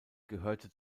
gehörte